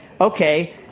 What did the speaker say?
Okay